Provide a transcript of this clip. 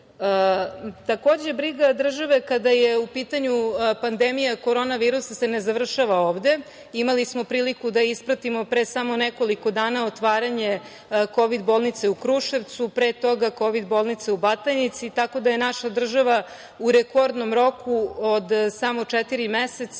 dinara. Takođe, briga države kada je u pitanju pandemija korona virusa se ne završava ovde. Imali smo priliku da ispratimo pre samo nekoliko dana otvaranje kovid bolnice u Kruševcu, pre toga kovid bolnice u Batajnici. Tako da je naša država u rekordnom roku od samo četiri meseca